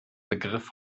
begriff